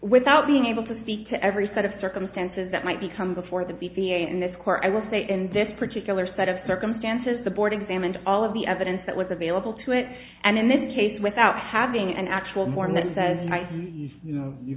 without being able to speak to every set of circumstances that might be come before the b p a in this court i will say in this particular set of circumstances the board examined all of the evidence that was available to it and in this case without having an actual mormon says i you know you